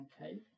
Okay